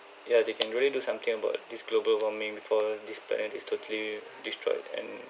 ya they can really do something about this global warming before this planet is totally destroyed and